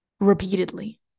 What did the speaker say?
repeatedly